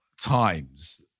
times